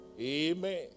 Amen